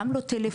גם לא טלפוני,